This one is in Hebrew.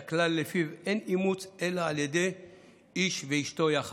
את הכלל שלפיו אין אימוץ אלא על ידי איש ואשתו יחד.